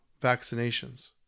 vaccinations